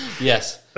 yes